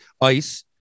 Ice